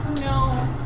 No